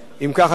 אדוני היושב-ראש,